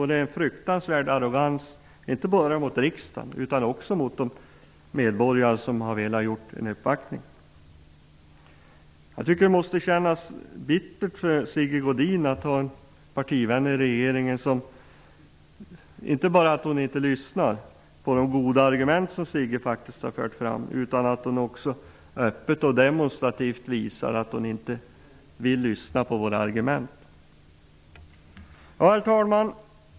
Det är en fruktansvärd arrogans, inte bara mot riksdagen utan också mot de medborgare som har velat göra en uppvaktning. Det måste kännas bittert för Sigge Godin att ha en partivän i regeringen som inte lyssnar på de goda argument som han för fram och som dessutom öppet och demonstrativt visar att hon inte vill lyssna på våra argument. Herr talman!